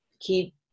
Keep